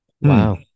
Wow